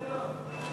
כן.